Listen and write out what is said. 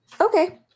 Okay